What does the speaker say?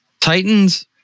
Titans